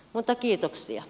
mutta kiitoksia